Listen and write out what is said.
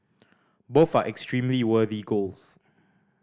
both are extremely worthy goals